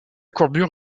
courbure